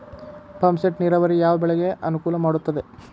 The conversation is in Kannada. ಪಂಪ್ ಸೆಟ್ ನೇರಾವರಿ ಯಾವ್ ಬೆಳೆಗೆ ಅನುಕೂಲ ಮಾಡುತ್ತದೆ?